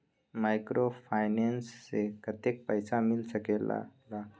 Microfinance से कतेक पैसा मिल सकले ला?